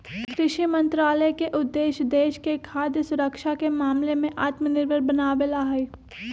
कृषि मंत्रालय के उद्देश्य देश के खाद्य सुरक्षा के मामला में आत्मनिर्भर बनावे ला हई